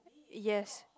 yes